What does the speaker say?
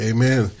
Amen